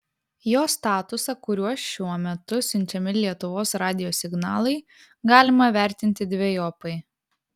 jo statusą kuriuo šiuo metu siunčiami lietuvos radijo signalai galima vertinti dvejopai